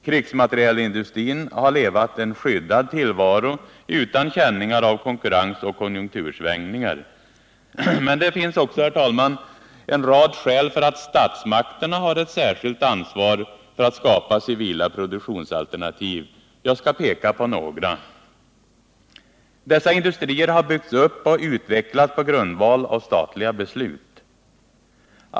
Krigsmaterielindustrin har haft en skyddad tillvaro utan känningar av konkurrens och konjunktursvängningar. Men det finns också, herr talman, en rad skäl för att statsmakterna har ett särskilt ansvar för att skapa civila produktionsalternativ. Jag skall peka på några. Dessa industrier har byggts upp och utvecklats på grundval av statliga beslut.